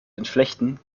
entflechten